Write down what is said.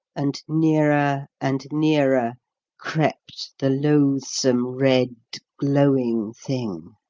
and nearer and nearer crept the loathsome, red, glowing thing.